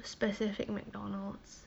specific McDonald's